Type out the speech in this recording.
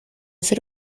ser